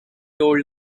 told